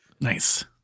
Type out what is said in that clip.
Nice